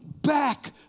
back